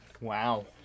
Wow